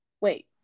Wait